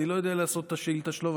אני לא יודע לעשות את השאילתה שלו,